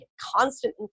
constant